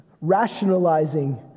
rationalizing